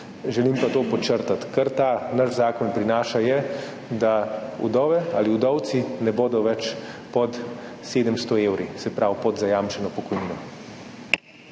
Želim pa podčrtati to: kar ta naš zakon prinaša, je, da vdove ali vdovci ne bodo več pod 700 evri, se pravi pod zajamčeno pokojnino.